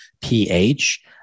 pH